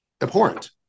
abhorrent